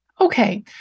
Okay